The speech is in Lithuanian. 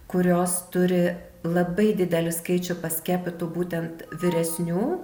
kurios turi labai didelį skaičių paskiepytų būtent vyresnių